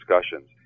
discussions